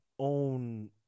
own